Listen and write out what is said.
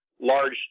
large